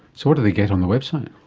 so what do they get on the website?